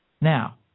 Now